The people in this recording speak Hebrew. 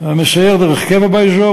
המסייר דרך קבע באזור,